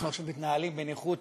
אנחנו עכשיו מתנהלים בניחותא,